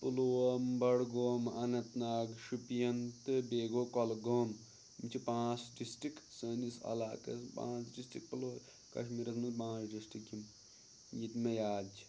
Pulwama Budgam Anantnag Shopian تہٕ بیٚیہِ گوٚو کۄلگوم یِم چھِ پانٛژھ ڈِسٹِک سٲنِس عَلاقس پانٛژھ ڈِسٹِک کَشمیٖرَس منٛز پانٛژھ ڈِسٹِک یِم یہِ تہِ مےٚ یاد چھِ